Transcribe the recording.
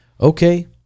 okay